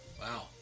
Wow